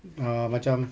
ah macam